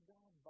God